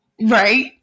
right